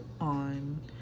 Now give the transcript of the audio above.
on